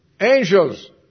angels